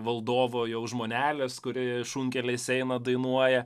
valdovo jau žmonelės kuri šunkeliais eina dainuoja